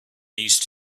these